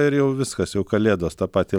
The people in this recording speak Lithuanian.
ir jau viskas jau kalėdos tą patį